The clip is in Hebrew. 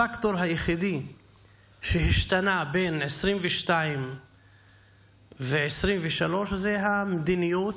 הפקטור היחיד שהשתנה בין 2022 ל-2023 זה המדיניות,